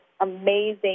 amazing